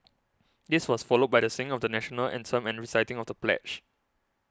this was followed by the sing of the National Anthem and reciting of the pledge